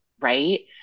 Right